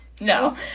No